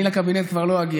אני לקבינט כבר לא אגיע.